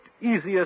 easiest